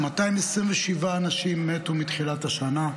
227 אנשים מתו מתחילת השנה.